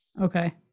Okay